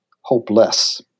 hopeless